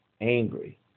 angry